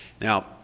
now